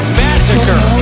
massacre